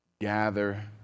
gather